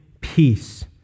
peace